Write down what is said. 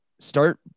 Start